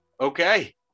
Okay